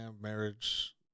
marriage